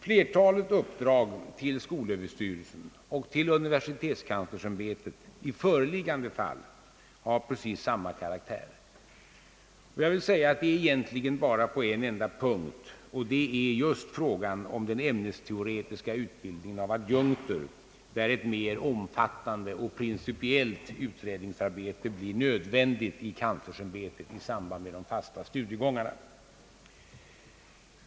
Flertalet uppslag till skolöverstyrelsen och till universitetskanslersämbetet har precis samma karaktär. Det är egentligen bara på en enda punkt — det är just frågan om den ämnesteoretiska utbildningen av adjunkter — där ett mer omfattande och principiellt utredningsarbete blir nödvändigt i kanslersämbetet i samband med de fasta studiegångarna.